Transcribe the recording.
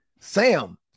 Sam